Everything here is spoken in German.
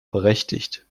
berechtigt